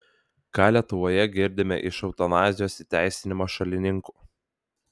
ką lietuvoje girdime iš eutanazijos įteisinimo šalininkų